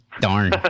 Darn